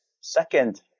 second